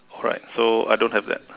alright so I don't have that